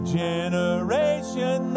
generation